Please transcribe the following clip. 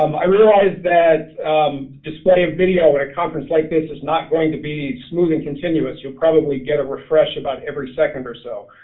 um i realize that display of video in a conference like this is not going to be smooth and continuous you'll probably get a refresh about every second or so.